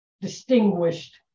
distinguished